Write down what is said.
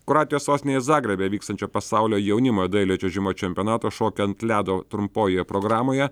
kroatijos sostinėje zagrebe vykstančio pasaulio jaunimo dailiojo čiuožimo čempionato šokių ant ledo trumpojoje programoje